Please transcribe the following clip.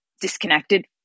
disconnected